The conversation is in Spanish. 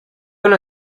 una